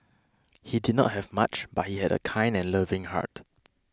he did not have much but he had a kind and loving heart